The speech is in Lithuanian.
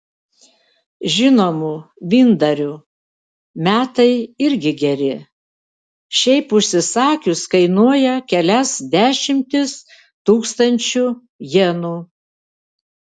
žinomų vyndarių metai irgi geri šiaip užsisakius kainuoja kelias dešimtis tūkstančių jenų